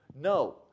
No